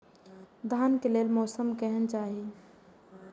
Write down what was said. धान के लेल मौसम केहन चाहि?